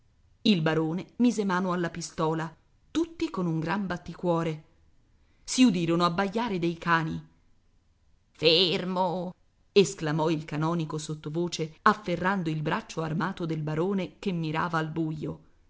il barone mise mano alla pistola tutti con un gran batticuore si udirono abbaiare dei cani fermo esclamò il canonico sottovoce afferrando il braccio armato del barone che mirava al buio